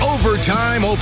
Overtime